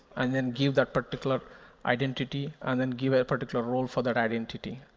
and then give that particular identity, and then give a particular role for that identity.